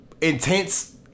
intense